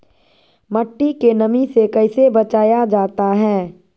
मट्टी के नमी से कैसे बचाया जाता हैं?